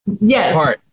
Yes